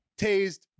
Tased